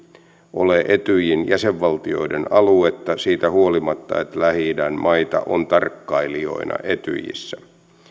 ole etyjin jäsenvaltioiden aluetta siitä huolimatta että lähi idän maita on tarkkailijoina etyjissä